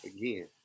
again